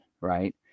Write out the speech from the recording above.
Right